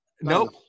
Nope